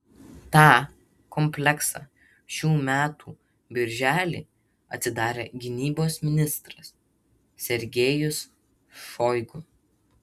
tą kompleksą šių metų birželį atidarė gynybos ministras sergejus šoigu